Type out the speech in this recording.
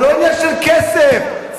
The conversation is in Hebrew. מאיפה יש לו כסף לזה?